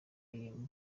iyi